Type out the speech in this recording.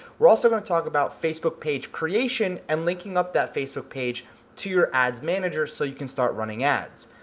we're also gonna talk about facebook page creation and linking up that facebook page to your ads manager so you can start running ads.